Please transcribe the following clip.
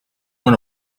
went